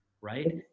right